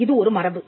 இது ஒரு மரபு